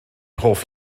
hoff